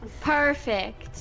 Perfect